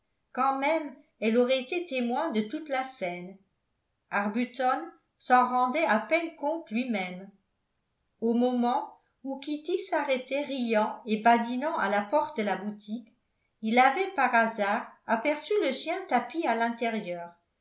quand même elle aurait été témoin de toute la scène arbuton s'en rendait à peine compte lui-même au moment où kitty s'arrêtait riant et badinant à la porte de la boutique il avait par hasard aperçu le chien tapi à l'intérieur